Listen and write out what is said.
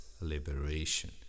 liberation